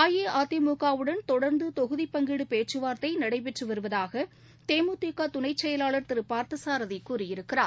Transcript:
அஇஅதிமுகவுடன் தொடர்ந்து தொகுதி பங்கீடு பேச்சுவார்த்தை நடைபெற்று வருவதாக தேமுதிக துணைச்செயலாளர் திரு பார்த்தசாரதி கூறியிருக்கிறார்